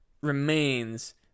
remains